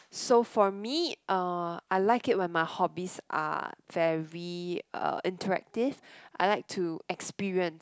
so for me uh I like it when my hobbies are very uh interactive I like to experience